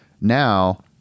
Now